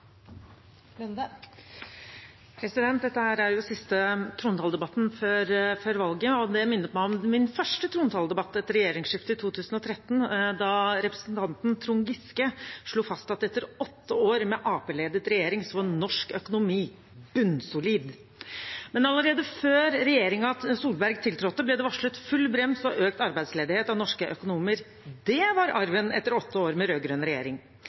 jo siste trontaledebatt før valget, og det minner meg om min første trontaledebatt etter regjeringsskiftet i 2013, da representanten Trond Giske slo fast at etter åtte år med Arbeiderparti-ledet regjering var norsk økonomi bunnsolid. Men allerede før regjeringen Solberg tiltrådte, ble det varslet full brems og økt arbeidsledighet av norske økonomer. Det var arven etter åtte år med rød-grønn regjering.